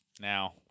Now